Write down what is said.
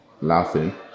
laughing